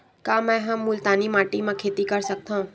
का मै ह मुल्तानी माटी म खेती कर सकथव?